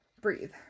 breathe